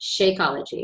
Shakeology